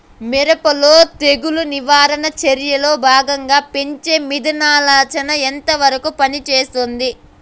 మిరప లో తెగులు నివారణ చర్యల్లో భాగంగా పెంచే మిథలానచ ఎంతవరకు పనికొస్తుంది?